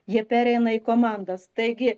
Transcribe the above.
jie pereina į komandas taigi